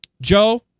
Joe